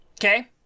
Okay